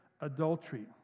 adultery